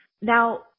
Now